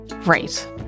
Right